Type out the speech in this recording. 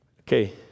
Okay